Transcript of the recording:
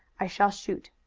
i shall shoot.